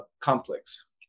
complex